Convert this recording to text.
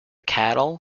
cattle